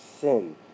sin